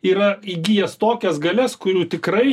yra įgijęs tokias galias kurių tikrai